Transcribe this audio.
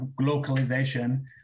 localization